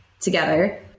together